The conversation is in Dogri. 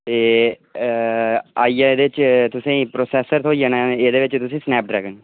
आइया एह्दे च तुसें ई प्रोसैस्सर थ्होई जाना एह्दे च तुसें ईं स्नैपड्रैगन